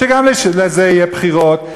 שגם לזה יהיו בחירות.